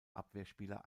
abwehrspieler